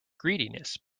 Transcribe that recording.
greediness